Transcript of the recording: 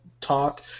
talk